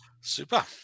super